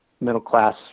middle-class